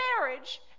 marriage